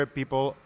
people